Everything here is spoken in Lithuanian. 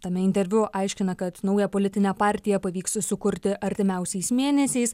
tame interviu aiškina kad naują politinę partiją pavyks sukurti artimiausiais mėnesiais